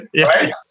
right